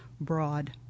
broad